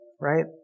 right